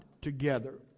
together